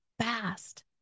fast